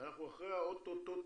ואנחנו אחרי האוטוטוטוטו,